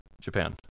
japan